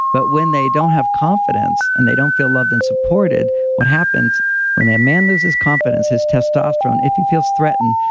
but when they don't have confidence and they don't feel loved and supported, what happens when a man loses confidence, his testosterone, if he feels threatened,